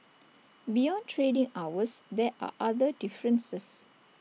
beyond trading hours there are other differences